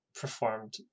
performed